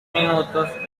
minutos